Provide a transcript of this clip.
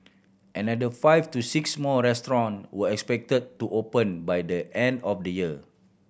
another five to six more restaurant were expected to open by the end of the year